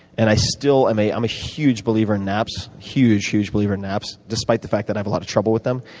and i still am a um huge believer in naps, huge, huge believer in naps, despite the fact that i have a lot of trouble with them.